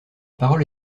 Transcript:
parole